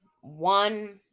one